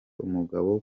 umugabo